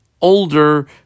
older